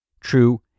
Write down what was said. true